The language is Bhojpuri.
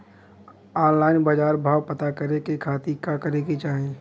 ऑनलाइन बाजार भाव पता करे के खाती का करे के चाही?